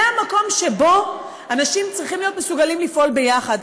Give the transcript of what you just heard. זה המקום שבו אנשים צריכים להיות מסוגלים לפעול יחד.